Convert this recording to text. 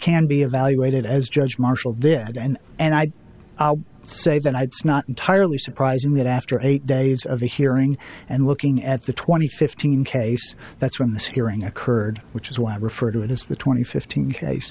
can be evaluated as judge marshall did and and i say that i'd not entirely surprising that after eight days of the hearing and looking at the twenty fifteen case that's when this hearing occurred which is why i refer to it as the twenty fifteen case